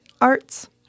arts